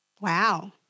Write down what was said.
Wow